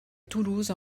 toulouse